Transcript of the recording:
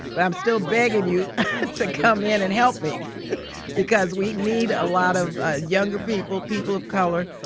but i'm still begging you to come in and help me because we need a lot of younger people, people of color,